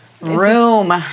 Room